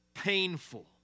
Painful